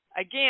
Again